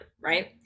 right